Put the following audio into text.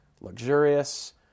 luxurious